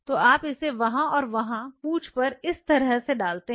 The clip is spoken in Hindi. तो आप इसे वहाँ और वहाँ पूंछ पर इस तरह से डालते हैं